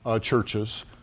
churches